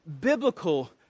biblical